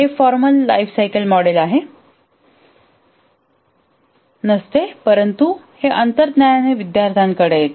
हे formal life cycle model नसते परंतु हे अंतर्ज्ञानाने विद्यार्थ्यांकडे येते